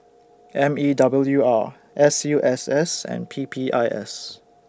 M E W R S U S S and P P I S